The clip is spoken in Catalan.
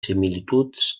similituds